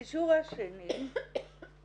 הקישור השני הוא